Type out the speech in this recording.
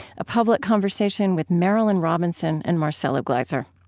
a public conversation with marilynne robinson and marcelo gleiser.